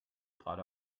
gerade